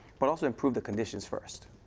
but also, improve the conditions first.